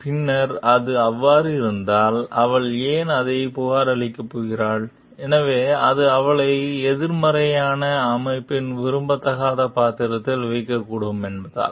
பின்னர் அது அவ்வாறு இருந்தால் அவள் ஏன் அதைப் புகாரளிக்கப் போகிறாள் எனவே அது அவளை எதிர்மறையான அமைப்பில் விரும்பத்தகாத பாத்திரத்தில் வைக்கக்கூடும் என்பதால்